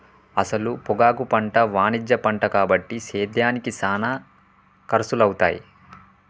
అసల పొగాకు పంట వాణిజ్య పంట కాబట్టి సేద్యానికి సానా ఖర్సులవుతాయి